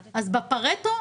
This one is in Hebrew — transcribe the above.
בפרטו,